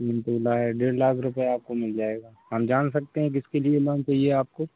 तीन तोला है डेढ़ लाख रुपया आपको मिल जाएगा हम जान सकते हैं किसके लिए लोन चाहिए आपको